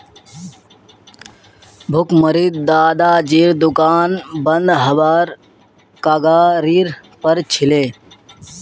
भुखमरीत दादाजीर दुकान बंद हबार कगारेर पर छिले